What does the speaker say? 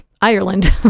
Ireland